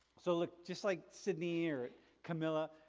so look just like sydney or camila,